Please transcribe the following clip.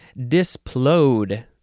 Displode